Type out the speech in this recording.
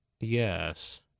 Yes